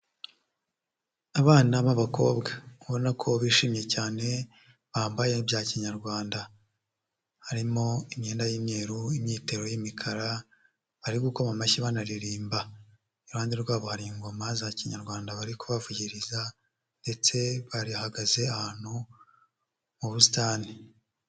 Abana b'abakobwa ubona ko bishimye cyane bambaye bya kinyarwanda, harimo imyenda y'imyeru, imyitero y'imikara bari gukoma amashyi banaririmba, iruhande rwabo hari ingoma za kinyarwanda bari kubavugiriza ndetse bahagaze ahantu mu busitani.